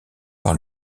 par